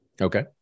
Okay